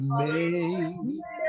made